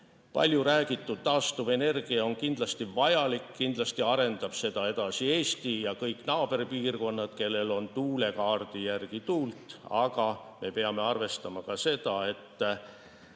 palju räägitud taastuvenergia on kindlasti vajalik. Kindlasti arendab seda edasi Eesti ja arendavad kõik naaberpiirkonnad, kellel on tuulekaardi järgi tuult. Aga me peame arvestama ka seda, et